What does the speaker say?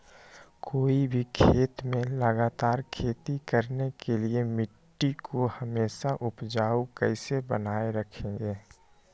कोई भी खेत में लगातार खेती करने के लिए मिट्टी को हमेसा उपजाऊ कैसे बनाय रखेंगे?